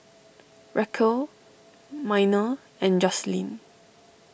Racquel Miner and Joselyn